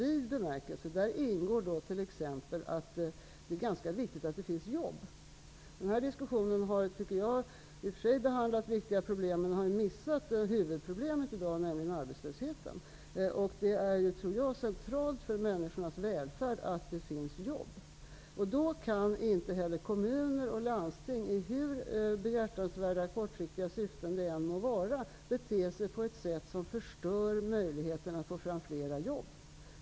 I dessa ingår t.ex. att det är ganska viktigt att det finns jobb. I den här diskussionen har vi i och för sig behandlat viktiga problem, men vi har missat huvudproblemet i dag, nämligen arbetslösheten. Det är ju centralt för människornas välfärd att det finns jobb. Då kan inte heller kommuner och landsting, hur behjärtansvärda kortsiktiga syften det än må gälla, bete sig på ett sätt som förstör möjligheterna att få fram flera jobb.